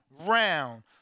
round